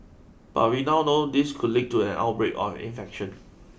but we now know this could lead to an outbreak of infection